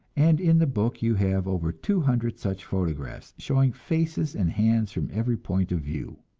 and in the book you have over two hundred such photographs, showing faces and hands from every point of view.